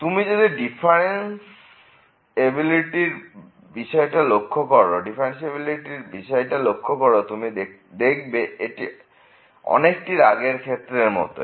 তুমি যদি ডিফারেন্স এবিলিটির বিষয়টা লক্ষ্য করো তুমি দেখবে এটি অনেকটি আগের ক্ষেত্রের মতই